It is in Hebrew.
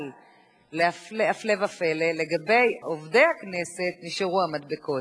אבל הפלא ופלא, אצל עובדי הכנסת נשארו המדבקות.